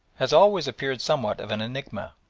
has always appeared somewhat of an enigma.